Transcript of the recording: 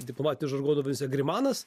tas diplomatiniu žargonu vadinasi agrymanas